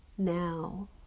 Now